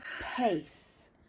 pace